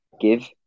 Give